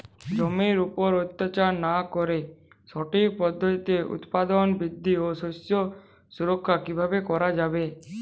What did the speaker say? জমির উপর অত্যাচার না করে সঠিক পদ্ধতিতে উৎপাদন বৃদ্ধি ও শস্য সুরক্ষা কীভাবে করা যাবে?